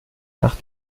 nach